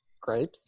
Great